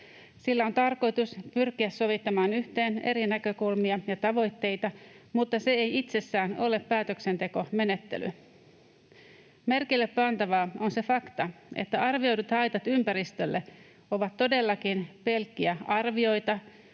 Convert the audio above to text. Sillä on tarkoitus pyrkiä sovittamaan yhteen eri näkökulmia ja tavoitteita, mutta se ei itsessään ole päätöksentekomenettely. Merkille pantava on se fakta, että arvioidut haitat ympäristölle ovat todellakin pelkkiä arvioita